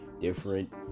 different